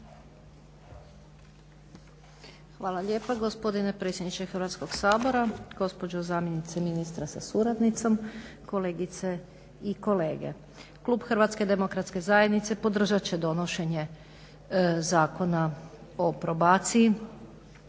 Hvala lijepa gospodine predsjedniče Hrvatskog sabora. Gospođo zamjenice ministra sa suradnicom, kolegice i kolege. Klub HDZ-a podržat će donošenje Zakona o probaciji.